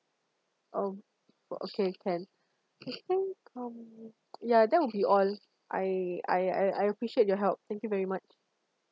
oh oh okay can okay I think um ya that would be all I I I I appreciate your help thank you very much